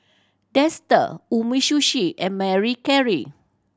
Dester Umisushi and Marie